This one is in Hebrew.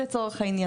לצורך העניין,